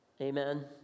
Amen